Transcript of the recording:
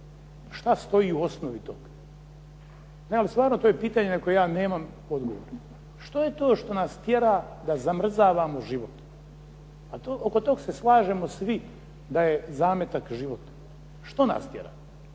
Šta stoji u osnovi toga? Evo stvarno to je pitanje na koje ja nemam odgovor. Što je to što nas tjera da zamrzavamo život? A oko tog se slažemo svi da je zametak život. Što nas tjera?